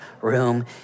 room